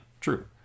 true